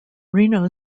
reno